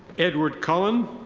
edward cullen.